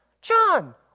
John